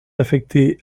affectées